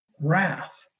wrath